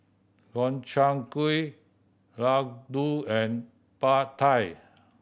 Gobchang Gui Ladoo and Pad Thai